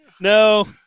No